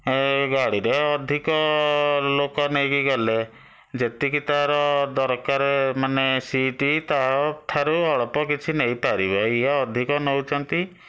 ଏ ଗାଡ଼ିରେ ଅଧିକା ଲୋକ ନେଇକି ଗଲେ ଯେତିକି ତା'ର ଦରକାର ମାନେ ସିଟ୍ ତା'ଠାରୁ ଅଳ୍ପ କିଛି ନେଇପାରିବେ ଇଏ ଅଧିକ ଟ୍ରଉଛନ୍ତି